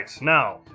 now